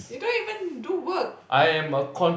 you don't even do work